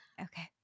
Okay